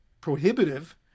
prohibitive